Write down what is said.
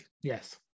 Yes